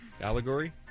Allegory